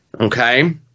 Okay